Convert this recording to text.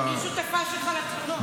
אני שותפה שלך לתלונות.